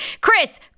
Chris